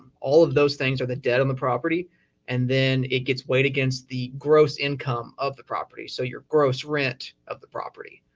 all of those things are the debt on the property and then it gets weighed against the gross income of the property. so your gross rent of the property.